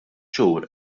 xhur